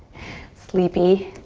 sleepy.